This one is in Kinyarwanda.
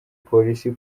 polisi